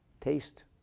taste